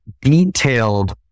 detailed